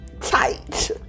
tight